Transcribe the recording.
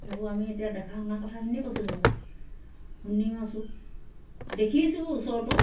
সেইবোৰ আমি এতিয়া দেখা শুনা কথাখিনি কৈছোঁ যেনিবা শুনিও আছোঁ দেখিছোঁও ওচৰতো